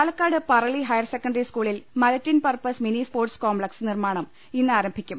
Palakkad Parali higher secondary സ്കൂളിൽ multipurpose mini sports complex നിർമാണം ഇന്നാരംഭിക്കും